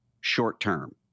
short-term